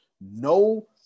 no